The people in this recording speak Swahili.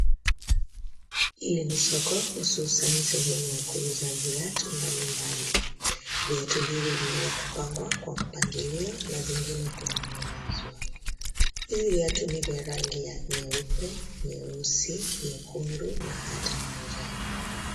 Hili ni soko hususan sehemu ya kuuza viatu mbali mbali. Viatu hivi vimeweza kupangwa kwa mpangilio na zingine kuning'inizwa. Hizi viatu ni vya rangi ya nyeupe, nyeusi, nyekundu na hata manjano.